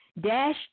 Dash